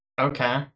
Okay